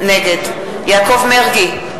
נגד יעקב מרגי,